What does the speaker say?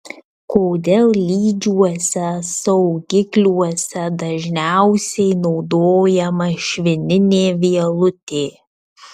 kodėl lydžiuosiuose saugikliuose dažniausiai naudojama švininė vielutė